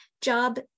job